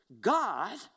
God